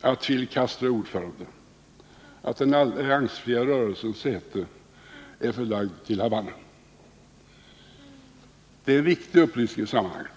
att Fidel Castro är ordförande, att den alliansfria rörelsens säte är förlagt till Havanna. Det är en viktig upplysning i sammanhanget.